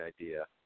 idea